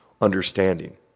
understanding